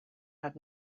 had